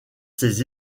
ses